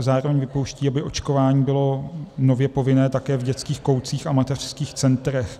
Zároveň se vypouští, aby očkování bylo nově povinné také v dětských koutcích a mateřských centrech.